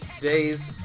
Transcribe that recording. days